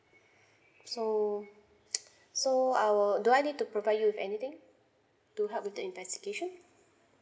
so so I will do I need to provide you with anything to help with the investigation